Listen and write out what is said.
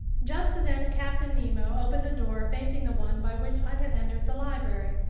just then captain nemo opened a door facing the one by which i had entered the library,